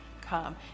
come